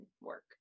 work